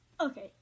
okay